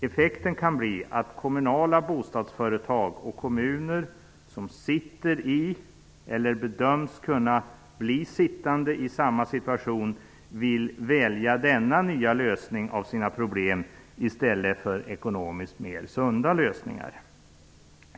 Effekten kan bli att kommunala bostadsföretag och kommuner som sitter i eller bedöms kunna bli sittande i samma situation vill välja denna nya lösning av sina problem i stället för ekonomiskt mer sunda lösningar.